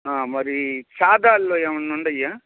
మరి సాదాలలో ఏమైనున్నాయా